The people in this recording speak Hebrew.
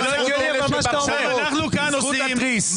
אנחנו כאן עושים,